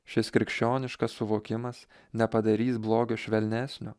šis krikščioniškas suvokimas nepadarys blogio švelnesnio